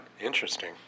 Interesting